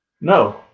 no